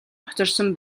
хоцорсон